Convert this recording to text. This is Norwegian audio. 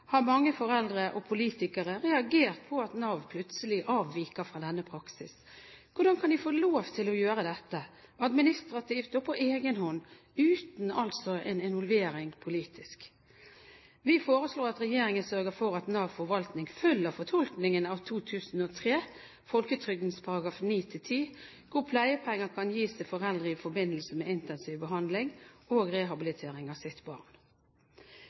har mange foreldre – og politikere – reagert på at Nav plutselig avviker fra denne praksis. Hvordan kan de få lov til å gjøre dette, administrativt og på egenhånd, uten en politisk involvering? Vi foreslår at regjeringen sørger for at Nav Forvaltning følger fortolkningen av 2003, folketrygdloven § 9-10, om at pleiepenger kan gis til foreldre i forbindelse med intensiv behandling og